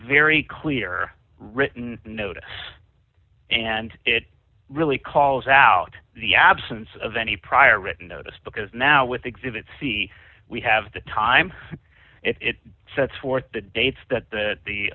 very clear written notice and it really calls out the absence of any prior written notice because now with exhibit c we have the time it sets forth the dates that the